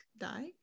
die